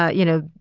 ah you know.